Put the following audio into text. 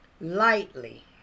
lightly